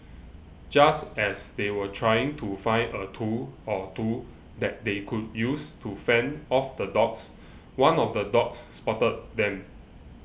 just as they were trying to find a tool or two that they could use to fend off the dogs one of the dogs spotted them